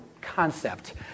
concept